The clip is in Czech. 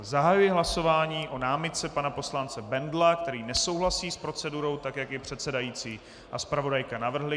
Zahajuji hlasování o námitce pana poslance Bendla, který nesouhlasí s procedurou tak, jak ji předsedající a zpravodajka navrhli.